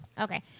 Okay